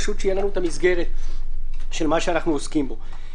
פשוט שתהיה לנו המסגרת של מה שאנחנו עוסקים בו.